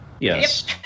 Yes